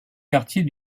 quartier